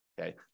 Okay